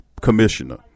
commissioner